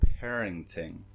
parenting